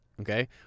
Okay